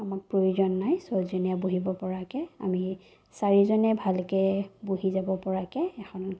আমাক প্ৰয়োজন নাই ছয়জনীয়া বহিব পৰাকৈ আমি চাৰিজনে ভালকৈ বহি যাব পৰাকৈ এখন